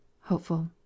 hopeful